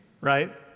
right